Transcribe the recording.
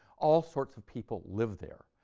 all sorts of people lived there,